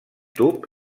tub